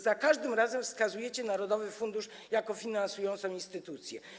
Za każdym razem wskazujecie narodowy fundusz jako finansującą instytucję.